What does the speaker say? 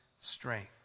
strength